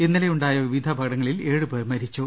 ഇന്നലെ യുണ്ടായ വിവിധ അപകടങ്ങളിൽ ഏഴു പേർ മരിച്ചു